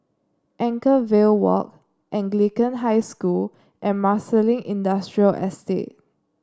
Anchorvale Walk Anglican High School and Marsiling Industrial Estate